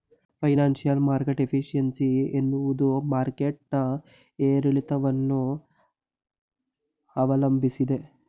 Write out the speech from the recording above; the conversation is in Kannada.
ಫೈನಾನ್ಸಿಯಲ್ ಮಾರ್ಕೆಟ್ ಎಫೈಸೈನ್ಸಿ ಎನ್ನುವುದು ಮಾರ್ಕೆಟ್ ನ ಏರಿಳಿತವನ್ನು ಅವಲಂಬಿಸಿದೆ